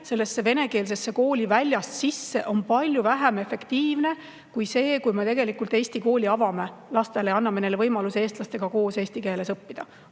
toomine venekeelsesse kooli väljast sisse on palju vähem efektiivne kui see, kui me tegelikult avame [muukeelsetele] lastele eesti kooli ja anname neile võimaluse eestlastega koos eesti keeles õppida.